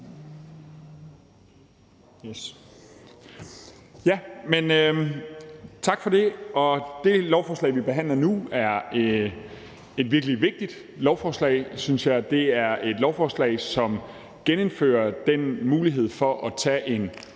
Tak for det. Det lovforslag, vi behandler nu, er et virkelig vigtigt lovforslag, synes jeg. Det er et lovforslag, som genindfører den mulighed for at tage en